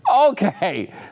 Okay